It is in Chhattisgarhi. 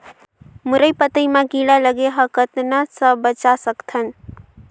मुरई पतई म कीड़ा लगे ह कतना स बचा सकथन?